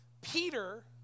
Peter